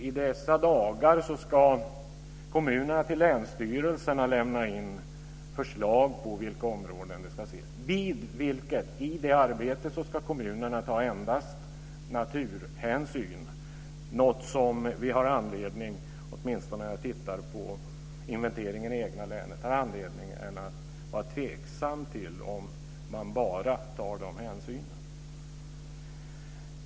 I dessa dagar ska kommunerna till länsstyrelserna lämna in förslag på områden. I det arbetet ska kommunerna ta endast naturhänsyn. Åtminstone om jag ser till inventeringen i mitt eget län har jag anledning att vara tveksam till om man bara tar den hänsynen.